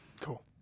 Cool